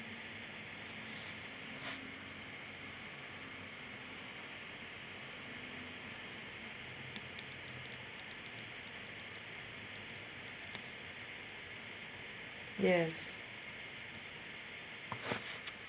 yes